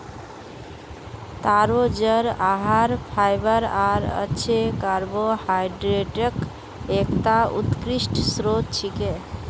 तारो जड़ आहार फाइबर आर अच्छे कार्बोहाइड्रेटक एकता उत्कृष्ट स्रोत छिके